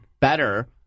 better